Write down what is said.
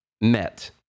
met